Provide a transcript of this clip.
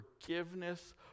forgiveness